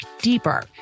deeper